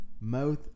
mouth